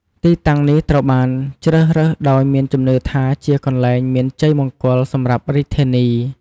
ទីតាំងនេះត្រូវបានជ្រើសរើសដោយមានជំនឿថាជាកន្លែងដែលមានជ័យមង្គលសម្រាប់រាជធានី។